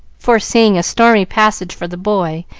foreseeing a stormy passage for the boy,